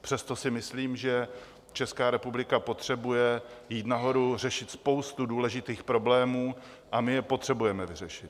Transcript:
Přesto si myslím, že Česká republika potřebuje jít nahoru, řešit spoustu důležitých problémů a my je potřebujeme vyřešit.